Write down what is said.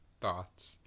thoughts